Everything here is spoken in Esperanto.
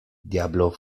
diablo